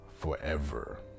forever